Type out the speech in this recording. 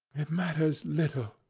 it matters little,